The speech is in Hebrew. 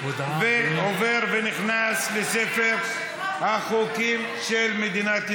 עבר ונכנס לספר החוקים של מדינת ישראל.